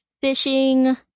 Fishing